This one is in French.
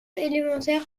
élémentaire